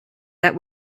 that